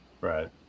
Right